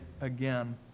again